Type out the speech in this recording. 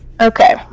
Okay